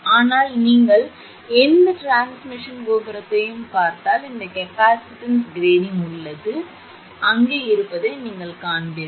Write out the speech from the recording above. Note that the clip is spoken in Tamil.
ஆனால் நீங்கள் எந்த டிரான்ஸ்மிஷன் கோபுரத்தையும் பார்த்தால் இந்த கெப்பாசிட்டன்ஸ் கிரேடிங் உள்ளது இது அங்கே இருப்பதை நீங்கள் காண்பீர்கள்